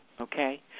okay